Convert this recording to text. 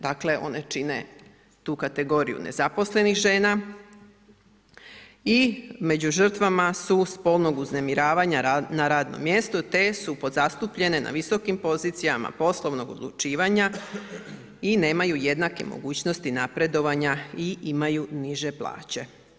Dakle, one čine tu kategoriju nezaposlenih žena i među žrtvama su spolnog uznemiravanja na radnom mjestu, te su podzastupljene na visokim pozicijama poslovnog odlučivanja i nemaju jednake mogućnosti napredovanja i imaju niže plaće.